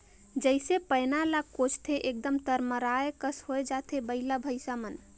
जइसे पैना ल कोचथे एकदम तरमराए कस होए जाथे बइला भइसा मन